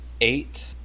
eight